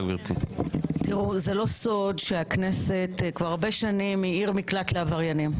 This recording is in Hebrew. זה לא סוד שהכנסת כבר הרבה שנים היא עיר מקלט לעבריינים.